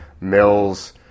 Mills